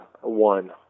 one